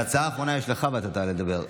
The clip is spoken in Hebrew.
בהצעה האחרונה יש לך, ואתה תעלה לדבר.